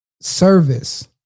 service